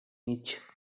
mitch